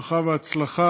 ברכה והצלחה,